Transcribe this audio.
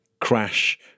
crash